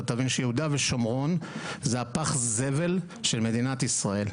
אתה תבין שיהודה ושומרון זה הפח זבל של מדינת ישראל.